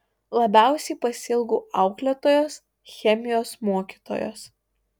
labiausiai pasiilgau auklėtojos chemijos mokytojos